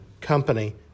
company